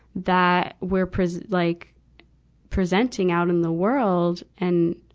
that we're pres, like presenting out in the world. and,